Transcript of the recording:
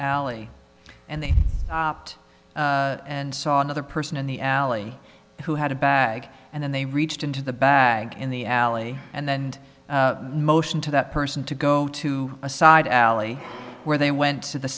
alley and they and saw another person in the alley who had a bag and then they reached into the bag in the alley and then and motioned to that person to go to a side alley where they went to the